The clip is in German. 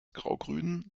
graugrün